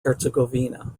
herzegovina